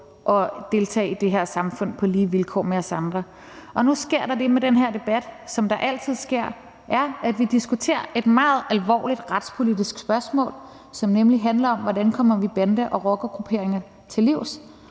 og deltage i det her samfund på lige vilkår med os andre. Og nu sker der det med den her debat, som der altid sker. Vi diskuterer et meget alvorligt retspolitisk spørgsmål, som handler om, hvordan vi kommer bande- og rockergrupperinger til livs,